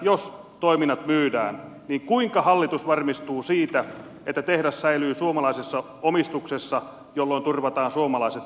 jos toiminnot myydään niin kuinka hallitus varmistuu siitä että tehdas säilyy suomalaisessa omistuksessa jolloin turvataan suomalaiset työpaikat